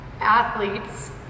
athletes